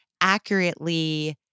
accurately